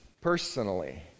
personally